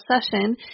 session